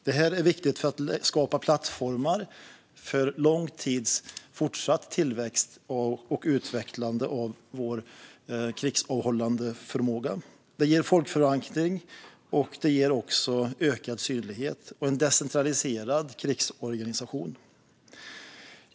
Detta är viktigt för att skapa plattformar för fortsatt tillväxt under lång tid och utveckling av vår krigsavhållande förmåga. Det ger folkförankring, och det ger också ökad synlighet och en decentraliserad krigsorganisation.